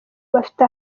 bafite